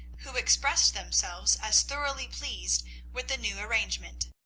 who expressed themselves as thoroughly pleased with the new arrangement.